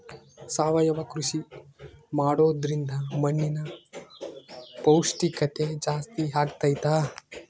ಸಾವಯವ ಕೃಷಿ ಮಾಡೋದ್ರಿಂದ ಮಣ್ಣಿನ ಪೌಷ್ಠಿಕತೆ ಜಾಸ್ತಿ ಆಗ್ತೈತಾ?